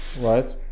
right